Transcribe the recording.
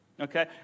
Okay